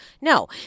no